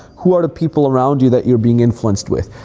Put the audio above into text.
who are the people around you that you're being influenced with?